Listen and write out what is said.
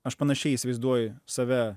aš panašiai įsivaizduoju save